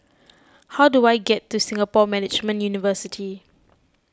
how do I get to Singapore Management University